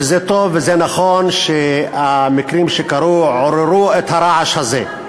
שזה טוב וזה נכון שהמקרים שקרו עוררו את הרעש הזה.